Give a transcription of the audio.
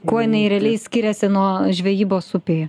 kuo jinai realiai skiriasi nuo žvejybos upėje